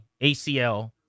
ACL